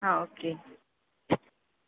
ಹಾಂ ಓಕೆ